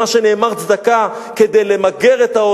מה שנאמר צדקה,